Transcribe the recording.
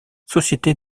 société